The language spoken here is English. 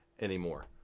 anymore